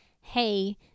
hey